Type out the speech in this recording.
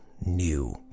new